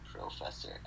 Professor